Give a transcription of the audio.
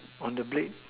on the blade